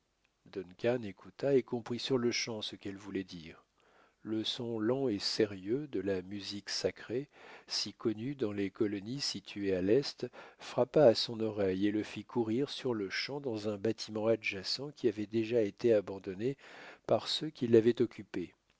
écouta et comprit sur-le-champ ce qu'elle voulait dire le son lent et sérieux de la musique sacrée si connu dans les colonies situées à l'est frappa son oreille et le fit courir surle-champ dans un bâtiment adjacent qui avait déjà été abandonné par ceux qui l'avaient occupé